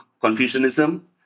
Confucianism